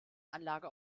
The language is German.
anlage